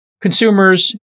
consumers